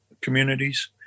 communities